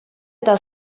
eta